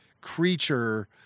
creature